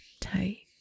tight